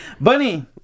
Bunny